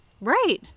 right